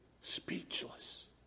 speechless